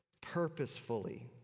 purposefully